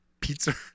pizza